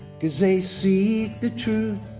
they seek the truth